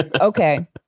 Okay